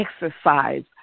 exercise